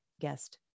guest